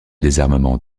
désarmement